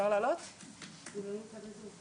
אשר היו מוזנחים לפחות מבחינת הטיפול בכנסת.